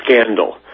scandal